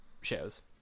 shows